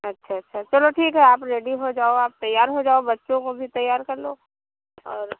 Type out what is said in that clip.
अच्छा अच्छा चलो ठीक है आप रेडी हो जाओ आप तैयार हो जाओ बच्चों को भी तैयार कर लो और